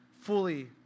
fully